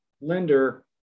lender